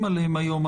מצביעים עליהן היום,